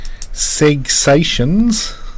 Segsations